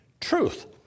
Truth